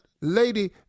lady